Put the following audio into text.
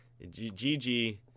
GG